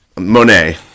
Monet